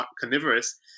carnivorous